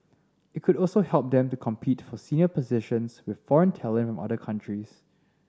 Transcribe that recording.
it could also help them to compete for senior positions with foreign talent other countries